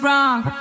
Wrong